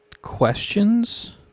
questions